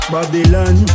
Babylon